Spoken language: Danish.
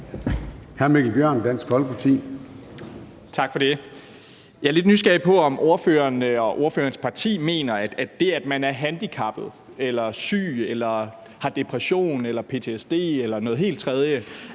Jeg er lidt nysgerrig på, om ordføreren og ordførerens parti mener, at det, at man er handicappet eller syg eller har depression, ptsd eller noget helt tredje